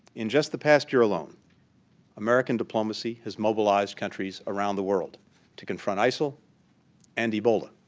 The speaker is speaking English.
in just the past year alone american diplomacy has mobilized countries around the world to confront isil and ebola.